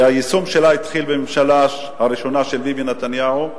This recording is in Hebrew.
והיישום שלה התחיל בממשלה הראשונה של ביבי נתניהו,